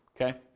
Okay